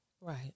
Right